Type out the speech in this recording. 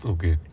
Okay